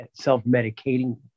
self-medicating